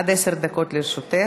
גברתי, עד עשר דקות לרשותך.